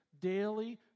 daily